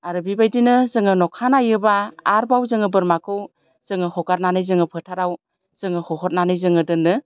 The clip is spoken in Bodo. आरो बिबायदिनो जोङो अखानायोब्ला आरबाव जोङो बोरमाखौ जोङो हगारनानै जोङो फोथाराव जोङो होहरनानै जोङो दोनो